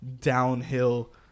downhill